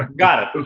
got it,